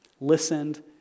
listened